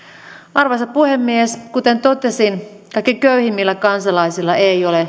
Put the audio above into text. arvoisa puhemies kuten totesin kaikkein köyhimmillä kansalaisilla ei ole